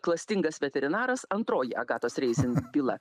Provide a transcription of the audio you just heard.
klastingas veterinaras antroji agatos reizin bylą